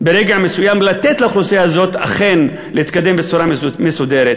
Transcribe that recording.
ברגע מסוים לתת לאוכלוסייה הזאת אכן להתקדם בצורה מסודרת.